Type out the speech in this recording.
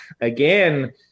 Again